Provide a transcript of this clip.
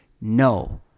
No